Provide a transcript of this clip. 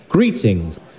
Greetings